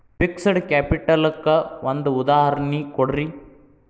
fixed capital ಕ್ಕ ಒಂದ್ ಉದಾಹರ್ಣಿ ಕೊಡ್ರಿ